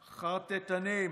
חרטטנים.